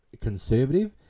conservative